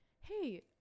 hey